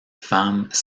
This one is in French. femmes